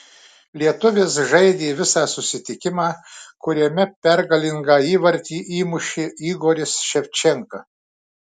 lietuvis žaidė visą susitikimą kuriame pergalingą įvartį įmušė igoris ševčenka